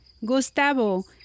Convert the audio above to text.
Gustavo